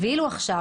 ואילו עכשיו,